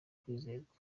kwizerwa